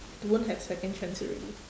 won't have second chance already